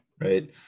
right